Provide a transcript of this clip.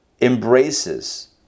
embraces